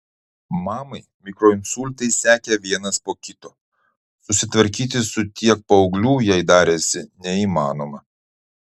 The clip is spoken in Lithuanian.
mamai mikroinsultai sekė vienas po kito susitvarkyti su tiek paauglių jai darėsi neįmanoma